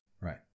Right